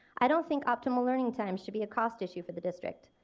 i don't think optimal learning time should be a cost issue for the district,